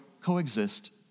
coexist